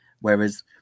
Whereas